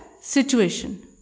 situation